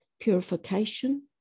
purification